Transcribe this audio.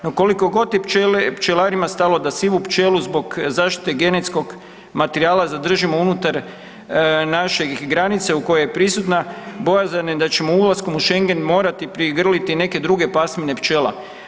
No kolikogod je pčelarima stalo da sivu pčelu zbog zaštite genetskog materijala zadržimo unutar naših granica u kojoj je prisutna bojazan je da ćemo ulaskom u schengen morati prigrliti neke druge pasmine pčela.